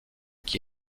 qui